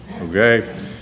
okay